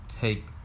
take